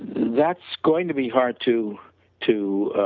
that's going to be hard to to